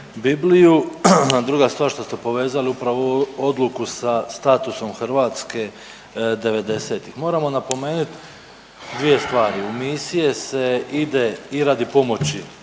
Bibliju. Druga stvar što ste povezali upravo odluku sa statusom Hrvatske devedesetih. Moramo napomenuti dvije stvari. U misije se ide i radi pomoći